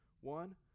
One